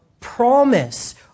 promise